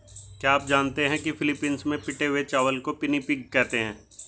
क्या आप जानते हैं कि फिलीपींस में पिटे हुए चावल को पिनिपिग कहते हैं